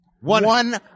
One